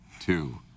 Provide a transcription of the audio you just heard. Two